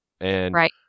Right